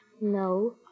No